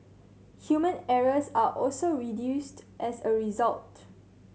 human errors are also reduced as a result